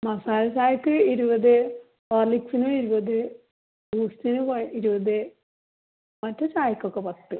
മസാല ചായയ്ക്ക് ഇരുപത് ഹോർലിക്സിനും ഇരുപത് ബൂസ്റ്റിനും കൊയ് ഇരുപത് മറ്റേ ചായയ്ക്കൊക്കെ പത്ത്